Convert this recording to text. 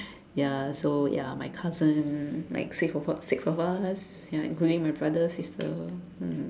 ya so ya my cousin like six of us six of us ya including my brother sister